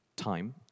time